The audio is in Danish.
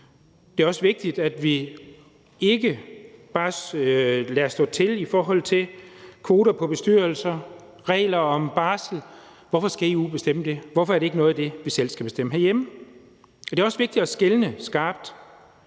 Det er også vigtigt, at vi ikke bare lader stå til i forhold til kvoter på bestyrelser og regler om barsel. Hvorfor skal EU bestemme det? Hvorfor er det ikke noget af det, vi selv skal bestemme herhjemme? Og det er også vigtigt at skelne skarpt,